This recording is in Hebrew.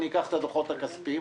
אקח את הדוחות הכספיים,